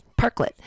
parklet